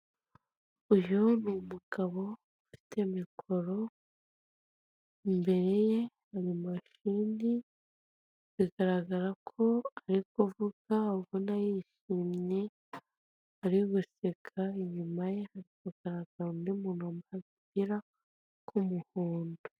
Uyu ni umugaba ufite mikora imbere ye hari mashini bigaragarako ari kuvuga ubona yishimye ari guseka, inyuma ye hari kugaragara undi undi muntu wambaye umupira w'umuhondo.